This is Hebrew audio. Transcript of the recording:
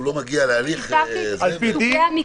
על פי דין?